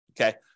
okay